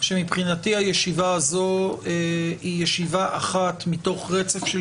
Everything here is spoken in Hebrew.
שמבחינתי הישיבה הזו היא ישיבה אחת מתוך רצף של